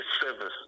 service